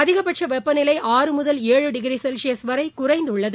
அதிகடட்சவெப்பநிலை ஆறு முதல் ஏழு டிகிரிசெல்சியஸ் வரைகுறைந்துள்ளது